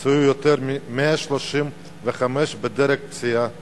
נפצעו יותר מ-135 בדרגות פציעה שונות.